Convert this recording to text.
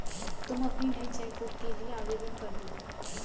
तुम अपनी नई चेक बुक के लिए आवेदन करदो